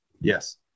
Yes